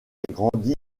grandit